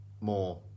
more